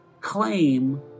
claim